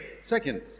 Second